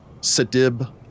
Sedib